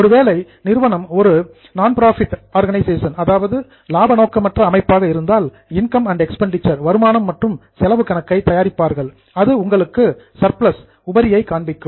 ஒருவேளை நிறுவனம் ஒரு நான் புரோஃபிட் ஆர்கனைசேஷன் லாப நோக்கமற்ற அமைப்பாக இருந்தால் இன்கம் அண்ட் எக்ஸ்பெண்டிச்சர் அக்கவுண்ட் வருமானம் மற்றும் செலவு கணக்கை தயாரிப்பார்கள் அது உங்களுக்கு சர்பிலஸ் உபரியை காண்பிக்கும்